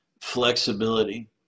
flexibility